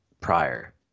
prior